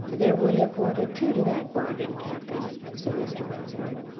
there would have wanted two to that bargain, captain, said mr. runciman.